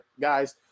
guys